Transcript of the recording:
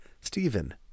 Stephen